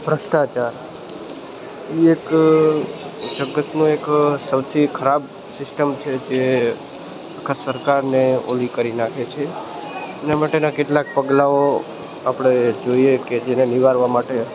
ભ્રષ્ટાચાર એ એક જગતનો એક સૌથી ખરાબ સિસ્ટમ છે જે આખા સરકારને ઓલી કરી નાખે છે એના માટેના કેટલાક પગલાંઓ આપણે જોઈએ કે જેના નિવારવા માટે